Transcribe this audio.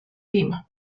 lima